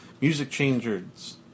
Music-changers